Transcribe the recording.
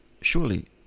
Surely